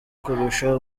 kurusha